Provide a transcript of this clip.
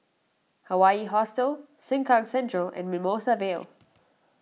Hawaii Hostel Sengkang Central and Mimosa Vale